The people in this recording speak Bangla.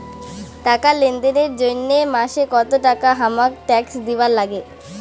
টাকা লেনদেন এর জইন্যে মাসে কত টাকা হামাক ট্যাক্স দিবার নাগে?